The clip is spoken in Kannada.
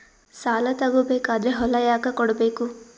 ಸಾಲ ತಗೋ ಬೇಕಾದ್ರೆ ಹೊಲ ಯಾಕ ಕೊಡಬೇಕು?